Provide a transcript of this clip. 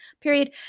Period